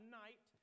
night